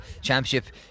championship